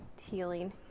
healing